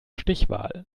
stichwahl